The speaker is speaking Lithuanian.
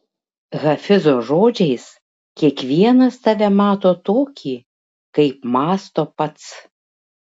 hafizo žodžiais kiekvienas tave mato tokį kaip mąsto pats